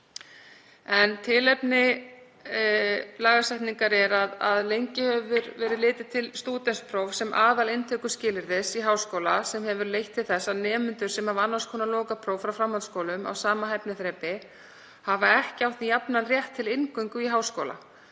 Tilefni lagasetningar er að lengi hefur verið litið til stúdentsprófs sem aðalinntökuskilyrðis í háskóla sem hefur leitt til þess að nemendur sem hafa annars konar lokapróf frá framhaldsskólum á sama hæfniþrepi hafa ekki átt jafnan rétt til inngöngu í háskóla.